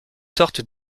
sorte